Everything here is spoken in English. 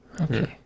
Okay